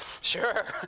Sure